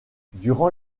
durant